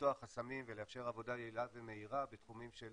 לפתוח חסמים ולאפשר עבודה יעילה ומהירה בתחומים של